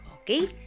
Okay